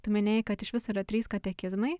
tu minėjai kad iš viso yra trys katekizmai